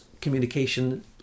communication